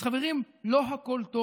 אז חברים, לא הכול טוב.